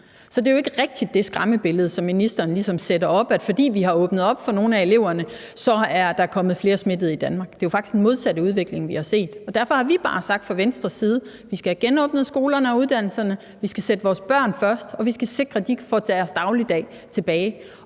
kommet ned under 200. Så det skræmmebillede, som ministeren ligesom sætter op ved at sige, at fordi vi har åbnet op for nogle af eleverne, er der kommet flere smittede i Danmark, er jo ikke rigtigt. Det er jo faktisk den modsatte udvikling, vi har set. Derfor har vi bare sagt fra Venstres side: Vi skal have genåbnet skolerne og uddannelserne, vi skal sætte vores børn først, og vi skal sikre, at de får deres dagligdag tilbage.